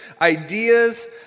ideas